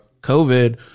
COVID